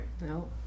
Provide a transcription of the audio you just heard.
No